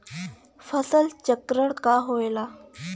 फसल चक्रण का होला?